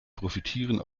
profitieren